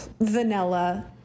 Vanilla